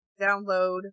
download